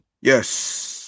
yes